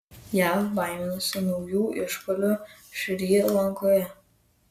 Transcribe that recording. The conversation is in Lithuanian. jav baiminasi naujų išpuolių šri lankoje